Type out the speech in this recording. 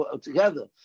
together